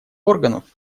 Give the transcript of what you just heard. органов